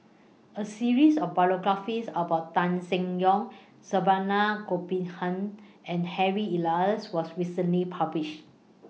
A series of biographies about Tan Seng Yong Saravanan Gopinathan and Harry Elias was recently published